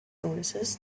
illnesses